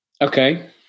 Okay